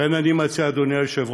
לכן אני מציע, אדוני היושב-ראש,